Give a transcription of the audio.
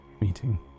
meeting